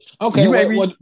Okay